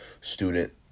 student